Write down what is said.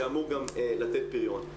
שאמור גם לתת פריון.